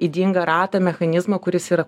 ydingą ratą mechanizmą kuris ir